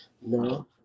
No